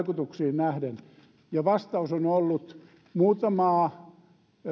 nähden ja vastaus on ollut muutamaa